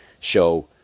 show